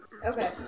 Okay